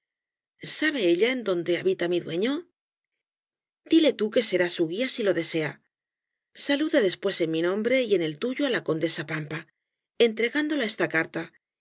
sabe ella en dónde habita mi dueño dile tú que serás su guía si lo desea saluda después en mi nombre y en el tuyo á la condesa pampa entregándola esta carta